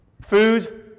Food